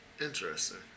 Interesting